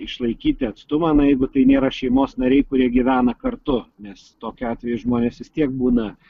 išlaikyti atstumą na jeigu tai nėra šeimos nariai kurie gyvena kartu nes tokiu atveju žmonės vis tiek būna